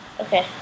Okay